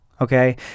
Okay